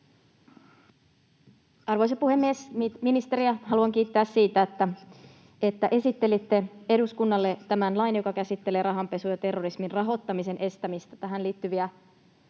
Arvoisa puhemies! Ministeriä haluan kiittää siitä, että esittelitte eduskunnalle tämän lain, joka käsittelee rahanpesun ja terrorismin rahoittamisen estämistä. Tähän liittyviä